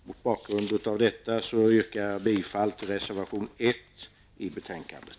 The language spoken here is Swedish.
Mot bakgrund av detta yrkar jag bifall till reservation nr 1 i betänkandet.